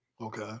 Okay